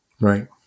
Right